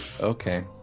Okay